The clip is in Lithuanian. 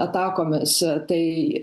atakomis tai